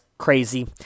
crazy